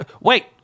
wait